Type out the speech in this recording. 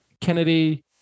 Kennedy